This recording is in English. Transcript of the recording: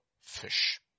fish